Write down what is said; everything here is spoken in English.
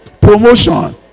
Promotion